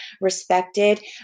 respected